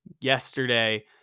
yesterday